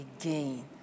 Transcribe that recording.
again